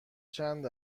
چند